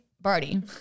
Barty